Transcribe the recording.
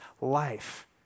life